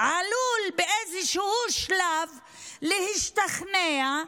עלול באיזשהו שלב להשתכנע,